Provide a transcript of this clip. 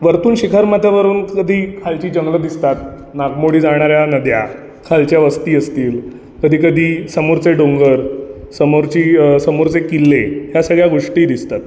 वरतून शिखरमाथ्यावरून कधी खालची जंगलं दिसतात नागमोडी जाणाऱ्या नद्या खालच्या वस्ती असतील कधी कधी समोरचे डोंगर समोरची समोरचे किल्ले या सगळ्या गोष्टी दिसतात